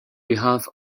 behalf